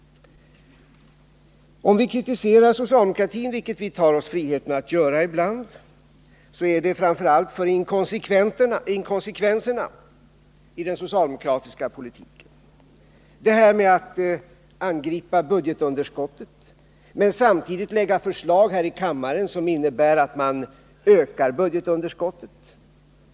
Om vi kritiserar socialdemokratin, vilket vi tar oss friheten att göra ibland, är det framför allt för inkonsekvenserna i den socialdemokratiska politiken. Som exempel kan jag nämna det här med att angripa budgetunderskottet men samtidigt lägga förslag här i kammaren som innebär att man ökar budgetunderskottet.